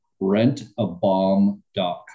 rentabomb.com